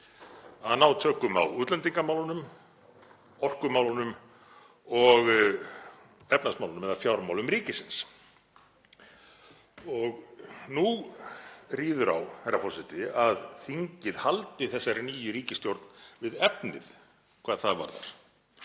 að ná tökum á útlendingamálunum, orkumálunum og efnahagsmálunum eða fjármálum ríkisins. Og nú ríður á, herra forseti, að þingið haldi þessari nýju ríkisstjórn við efnið hvað það varðar.